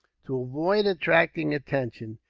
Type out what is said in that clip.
to avoid attracting attention,